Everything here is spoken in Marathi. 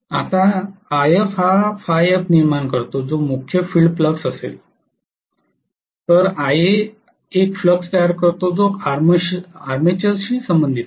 आता If हा निर्माण करतो जो मुख्य फील्ड फ्लक्स असेल तर Ia एक फ्लक्स तयार करतो जो आर्मेचर शी संबंधित आहे